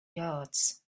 yards